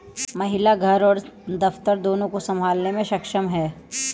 महिला घर और दफ्तर दोनो संभालने में सक्षम हैं